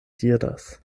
diras